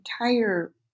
entire